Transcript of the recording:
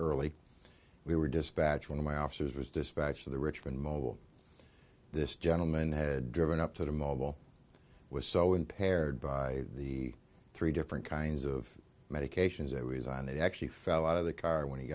early we were dispatch one of my officers was dispatched to the richmond mobile this gentleman had driven up to the mobile was so impaired by the three different kinds of medications it was on it actually fell out of the car when he